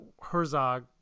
Herzog